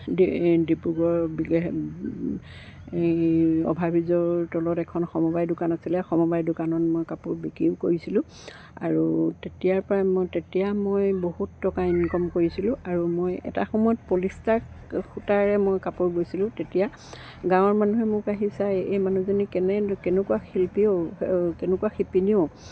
D ডিব্ৰুগড়ৰ বিহ এই অভাৰব্ৰীজৰ তলত এখন সমবায় দোকান আছিলে সমবায় দোকানত মই কাপোৰ বিক্ৰীও কৰিছিলোঁ আৰু তেতিয়াৰ পৰাই মই তেতিয়া মই বহুত টকা ইনকম কৰিছিলোঁ আৰু মই এটা সময়ত পলিষ্টাৰ সূতাৰে মই কাপোৰ বৈছিলোঁ তেতিয়া গাঁৱৰ মানুহে মোক আহি চায় এই মানুহজনী কেনে কেনেকুৱা শিল্পী অ' কেনেকুৱা শিপিনী অ'